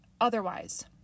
otherwise